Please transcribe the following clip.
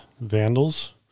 vandals